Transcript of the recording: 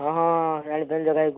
ହଁ ହଁ ଜାଣିପାରିଲି ଜଗା ଭାଇ କୁହ